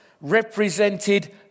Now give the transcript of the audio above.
represented